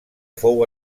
fou